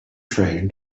train